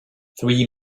three